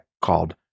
called